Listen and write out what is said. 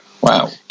Wow